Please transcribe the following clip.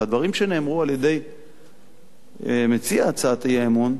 והדברים שנאמרו על-ידי מציע הצעת האי-אמון,